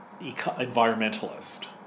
environmentalist